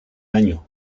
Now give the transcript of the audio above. año